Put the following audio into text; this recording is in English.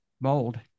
mold